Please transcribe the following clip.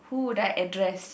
who would I address